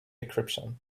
decryption